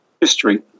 history